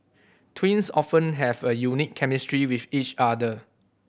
twins often have a unique chemistry with each other